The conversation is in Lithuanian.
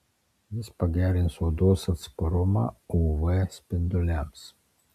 jis pagerins odos atsparumą uv spinduliams